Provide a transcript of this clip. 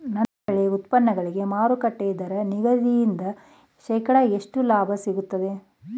ನನ್ನ ಬೆಳೆ ಉತ್ಪನ್ನಗಳಿಗೆ ಮಾರುಕಟ್ಟೆ ದರ ನಿಗದಿಯಿಂದ ಶೇಕಡಾ ಎಷ್ಟು ಲಾಭ ಸಿಗುತ್ತದೆ?